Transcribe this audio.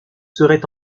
seraient